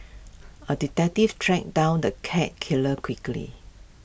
A detective tracked down the cat killer quickly